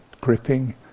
gripping